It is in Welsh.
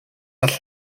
all